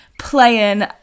playing